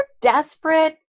desperate